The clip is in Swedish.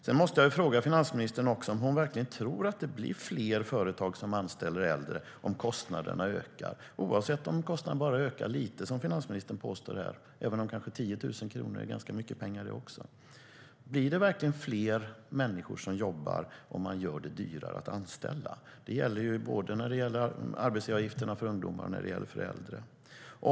Jag måste också fråga finansministern om hon verkligen tror att fler företag anställer äldre om kostnaderna ökar, oavsett om kostnaderna bara ökar lite, som finansministern påstår; också 10 000 kronor är ganska mycket pengar. Blir det fler som jobbar om man gör det dyrare att anställa? Det gäller arbetsgivaravgifterna både för ungdomar och för äldre.